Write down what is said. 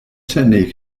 technique